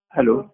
Hello